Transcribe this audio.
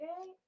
Okay